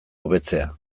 hobetzea